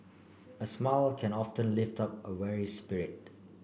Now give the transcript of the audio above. a smile can often lift up a weary spirit